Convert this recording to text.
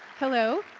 hello,